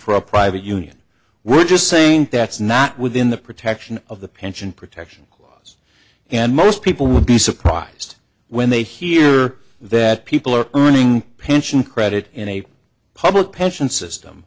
for a private union we're just saying that's not within the protection of the pension protection and most people would be surprised when they hear that people are earning pension credit in a public pension system